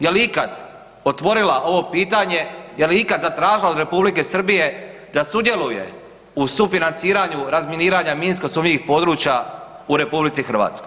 Je li ikad otvorila ovo pitanje, je li ikad zatražila od Republike Srbije da sudjeluje u sufinanciranju razminiranja minsko sumnjivih područja u RH?